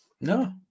No